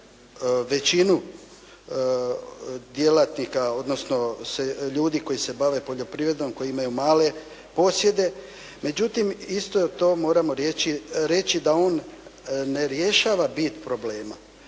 većinu djelatnika odnosno ljudi koji se bave poljoprivredom, koji imaju male posjede međutim isto to moramo reći da on ne rješava bit problema.